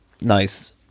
Nice